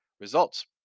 results